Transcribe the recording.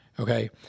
Okay